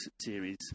series